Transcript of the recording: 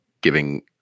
giving